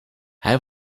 hij